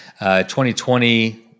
2020